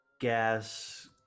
gas